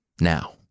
Now